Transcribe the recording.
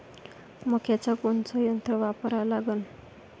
मक्याचं कोनचं यंत्र वापरा लागन?